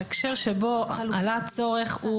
ההקשר שבו עלה הצורך,